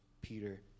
Peter